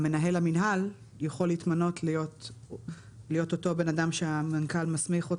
מנהל המינהל יכול להתמנות להיות אותו בן אדם שהמנכ"ל מסמיך,